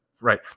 right